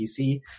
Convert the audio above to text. PC